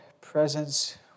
presence